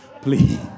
Please